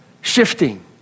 shifting